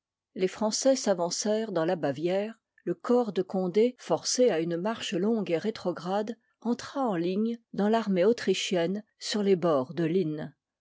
les français s'avancèrent dans la bavière liv ii le corps de condé forcé a une marche longue et rétrograde entra en ligne dans l'armée autrichienne sur les bords de tlnn